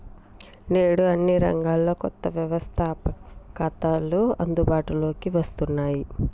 నేడు అన్ని రంగాల్లో కొత్త వ్యవస్తాపకతలు అందుబాటులోకి వస్తున్నాయి